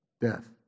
Death